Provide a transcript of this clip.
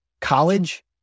college